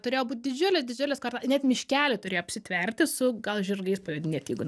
turėjo būt didžiulis didžiulis kvartal ir net miškelį turėjo apsitverti su gal žirgais pajodinėt jeigu